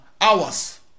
hours